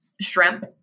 Shrimp